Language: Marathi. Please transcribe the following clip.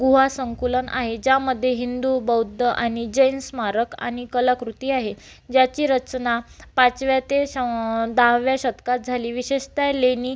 गुहा संकुलन आहे ज्यामध्ये हिंदू बौद्ध आनी जैन स्मारक आनी कलाकृती आहे याची रचना पाचव्या ते आं दहाव्या शतकात झाली विशेषतः लेणी